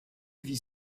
vit